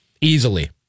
easily